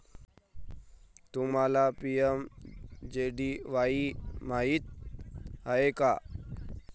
तुम्हाला पी.एम.जे.डी.वाई माहित आहे का?